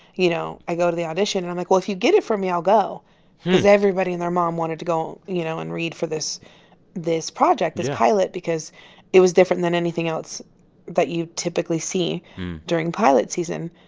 you know, i go to the audition. and i'm like, well, if you get it for me, i'll go because everybody and their mom wanted to go, you know, and read for this this project this pilot because it was different than anything else that you typically see during pilot season.